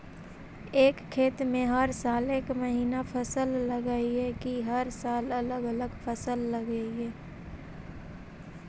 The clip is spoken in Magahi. एक खेत में हर साल एक महिना फसल लगगियै कि हर साल अलग अलग फसल लगियै?